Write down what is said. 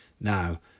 Now